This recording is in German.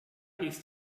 ist